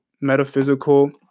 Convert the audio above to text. metaphysical